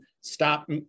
stop